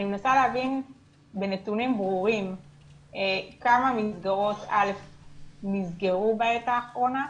אני מנסה להבין בנתונים ברורים כמה מסגרות נסגרו בעת האחרונה,